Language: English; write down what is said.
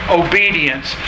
obedience